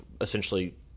essentially